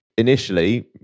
Initially